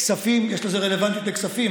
כספים, יש לזה רלוונטיות לכספים.